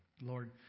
Lord